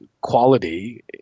quality